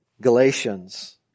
Galatians